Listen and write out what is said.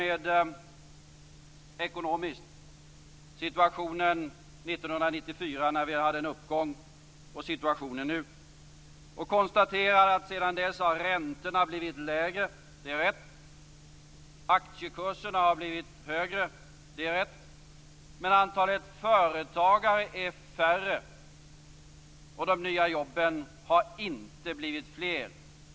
1994, när vi hade en uppgång, med situationen nu. Han konstaterade att sedan dess har räntorna blivit lägre - det är rätt - och aktiekurserna högre - det är rätt - men antalet företagare är mindre och de nya jobben har inte blivit fler.